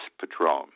Patron